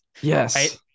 Yes